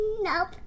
Nope